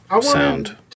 sound